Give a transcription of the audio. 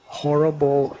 horrible